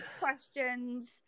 questions